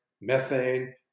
methane